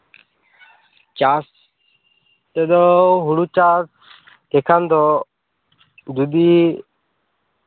ᱪᱟᱥ ᱠᱚᱫᱚ ᱦᱩᱲᱩ ᱪᱟᱥ ᱮᱠᱷᱟᱱ ᱫᱚ ᱡᱩᱫᱤ